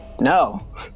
no